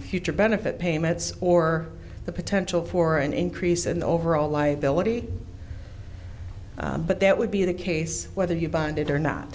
future benefit payments or the potential for an increase in the overall liability but that would be the case whether you bonded or not